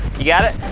you got it?